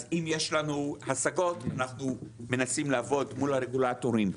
אז אם יש לנו הסגות אנחנו מנסים לעבור מול הרגולטורים,